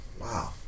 Wow